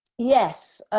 yes,